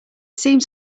seems